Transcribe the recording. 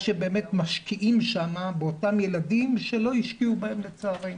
שמשקיעים שם באותם ילדים שלא השקיעו בהם לצערנו,